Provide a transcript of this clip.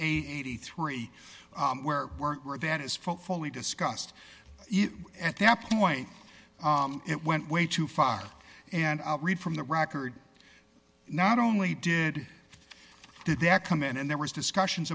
eighty three dollars where were that is felt fully discussed at that point it went way too far and i'll read from the record not only did i did that come in and there was discussions